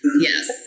yes